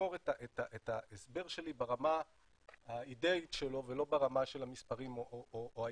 לשמור את ההסבר שלי ברמה האידיאית שלו ולא ברמה של המספרים או היישום,